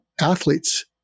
athletes